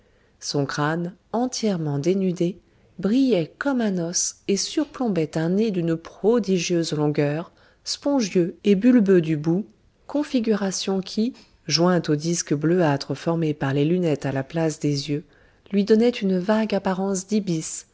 son crâne entièrement dénudé brillait comme un os et surplombait un nez d'une prodigieuse longueur spongieux et bulbeux du bout configuration qui jointe aux disques bleuâtres formés par les lunettes à la place des yeux lui donnait une vague apparence